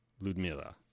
Ludmila